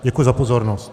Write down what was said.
Děkuji za pozornost.